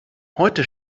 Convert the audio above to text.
heute